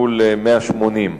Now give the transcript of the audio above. מול 180,